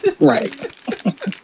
Right